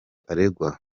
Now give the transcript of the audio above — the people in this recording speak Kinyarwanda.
aregwa